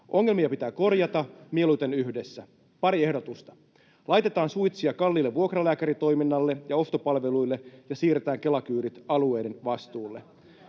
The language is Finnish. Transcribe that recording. Ongelmia pitää korjata, mieluiten yhdessä. Pari ehdotusta: laitetaan suitsia kalliille vuokralääkäritoiminnalle ja ostopalveluille ja siirretään Kela-kyydit alueiden vastuulle.